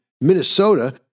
Minnesota